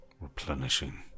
replenishing